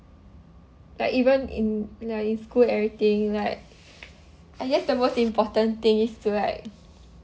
like even in like in school and everything like I guess the most important thing is to like